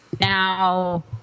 now